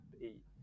eat